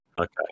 Okay